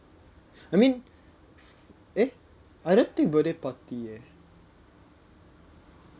I mean eh I don't think birthday party eh